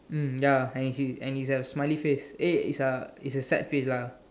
mm ya and it's and it's a smiley face eh it's a it's a sad face lah